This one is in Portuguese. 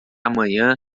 amanhã